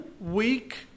week